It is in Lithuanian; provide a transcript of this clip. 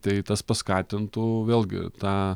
tai tas paskatintų vėlgi tą